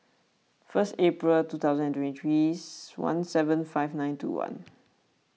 first April two thousand and twenty three one seven five nine two one